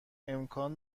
امکان